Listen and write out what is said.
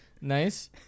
nice